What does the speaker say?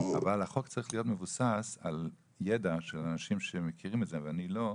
אבל החוק צריך להיות מבוסס על ידע של אנשים שמכירים את זה ואני לא,